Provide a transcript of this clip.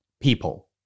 People